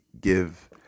give